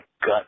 gut